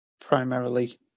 primarily